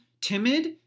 timid